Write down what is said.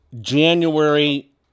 January